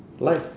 life